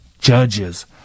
judges